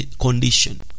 condition